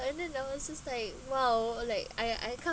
and then I was just like !wow! like I I